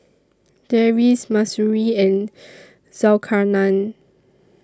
Deris Mahsuri and Zulkarnain